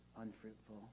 unfruitful